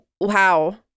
Wow